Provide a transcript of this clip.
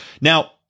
Now